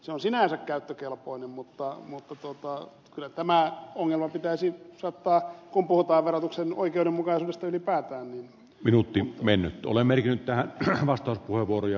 se on sinänsä käyttökelpoinen mutta kyllä tämä ongelma pitäisi saattaa kuntoon kun puhutaan verotuksen oikeudenmukaisuudesta ylipäätään minuutti meni ole miellyttää rahvas toi kuivuria